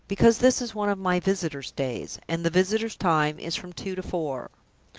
because this is one of my visitors days and the visitors' time is from two to four.